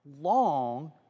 long